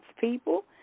people